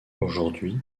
aujourd’hui